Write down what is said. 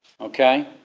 Okay